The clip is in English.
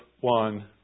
one